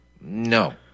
No